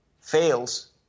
fails